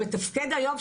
שמתפקד היום,